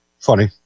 Funny